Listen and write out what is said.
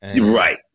Right